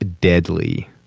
deadly